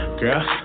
girl